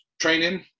training